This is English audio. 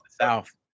south